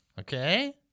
Okay